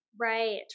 Right